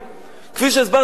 כפי שהסברתי השבוע,